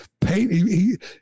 paint